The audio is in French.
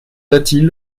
latil